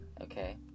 Okay